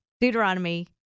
Deuteronomy